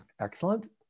Excellent